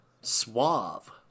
suave